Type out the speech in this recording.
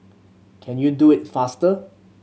can you do it faster